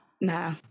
No